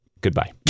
Goodbye